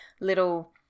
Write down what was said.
little